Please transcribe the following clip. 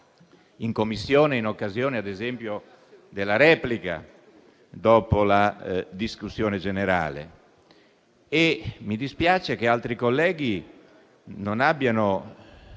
in Commissione, in occasione, ad esempio, della replica dopo la discussione generale. Mi dispiace che altri colleghi non abbiano